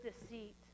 deceit